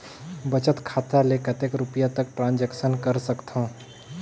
बचत खाता ले कतेक रुपिया तक ट्रांजेक्शन कर सकथव?